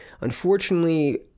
unfortunately